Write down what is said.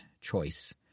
choice